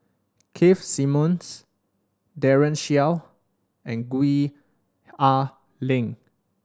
Keith Simmons Daren Shiau and Gwee Ah Leng